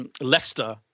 Leicester